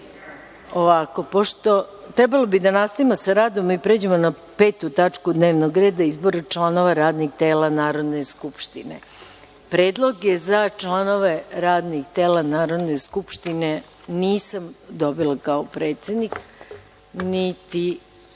bi trebalo da nastavimo sa radom i pređemo na petu tačku dnevnog reda – Izbor članova radnih tela Narodne skupštine. Predloge za članove radnih tela Narodne skupštine nisam dobila kao predsednik niti